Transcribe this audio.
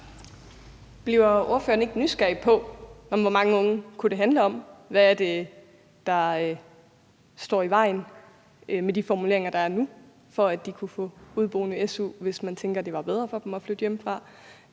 Bliver ordføreren ikke nysgerrig på, hvor mange unge det kunne handle om, og hvad det er, der står i vejen i forhold til de formuleringer, der er nu, for at de kunne få su som udeboende, hvis man tænker, det var bedre for dem at flytte hjemmefra?